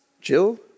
Jill